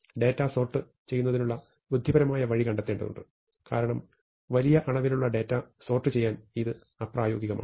data sort ചെയ്യുന്നതിനുള്ള ബുദ്ധിപരമായ വഴികൾ കണ്ടെത്തേണ്ടതുണ്ട് കാരണം വലിയ അളവിലുള്ള ഡാറ്റ സോർട്ട് ചെയ്യാൻ ഇത് അപ്രായോഗികമാണ്